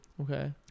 Okay